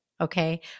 okay